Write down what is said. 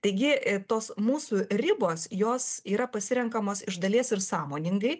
taigi tos mūsų ribos jos yra pasirenkamos iš dalies ir sąmoningai